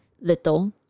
little